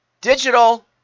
Digital